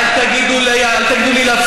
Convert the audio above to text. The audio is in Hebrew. אל תגידי להפסיק.